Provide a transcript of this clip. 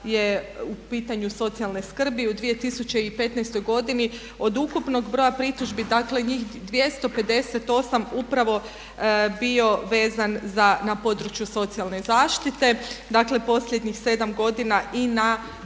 u pitanju socijalne skrbi u 2015. godini od ukupnog broja pritužbi, dakle njih 258 upravo bio vezan na području socijalne zaštite, dakle posljednjih 7 godina i na